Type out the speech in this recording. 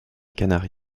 canari